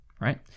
right